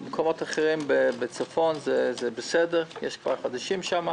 מקומות אחרים בצפון - יש כבר חדשים שם.